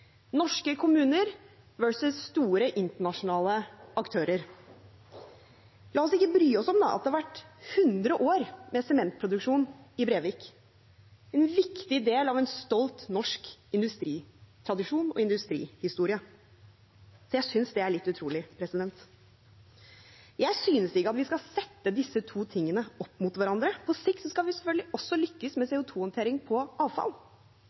ikke bry oss om at det har vært hundre år med sementproduksjon i Brevik – en viktig del av en stolt norsk industritradisjon og industrihistorie. Jeg synes det er litt utrolig. Jeg synes ikke at vi skal sette disse to tingene opp mot hverandre. På sikt skal vi selvfølgelig også lykkes med CO 2 -håndtering på avfall.